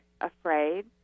afraid